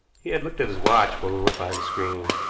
he had looked at his watch when we went behind the screen,